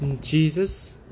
Jesus